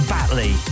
Batley